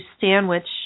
sandwich